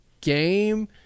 game